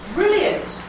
Brilliant